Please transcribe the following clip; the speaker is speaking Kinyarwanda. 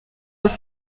muri